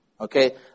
Okay